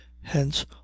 hence